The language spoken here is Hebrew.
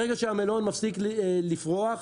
ברגע שהמלון מפסיק לפרוח,